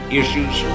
issues